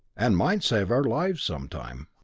and might save our lives some time.